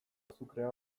azukrea